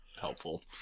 helpful